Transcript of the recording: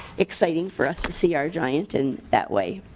exciting for us to see our giant in that way.